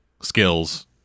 skills